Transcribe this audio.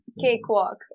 cakewalk